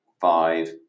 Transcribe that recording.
five